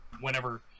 whenever